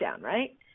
right